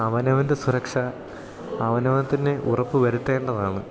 അവനവൻ്റെ സുരക്ഷ അവനവൻ തന്നെ ഉറപ്പ് വരുത്തേണ്ടതാണ്